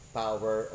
power